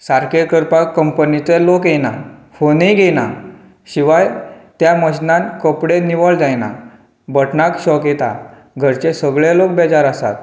सारकें करपाक कंम्पनिचो लोक येना फोनूय घेनात शिवाय त्या मशिनान कपडेय निवळ जायनात बटनाक शाॅक येता घरचे सगळे लोक बेजार आसात